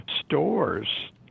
stores